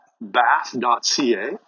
Bath.ca